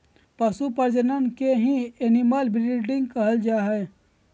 पशु प्रजनन के ही एनिमल ब्रीडिंग कहल जा हय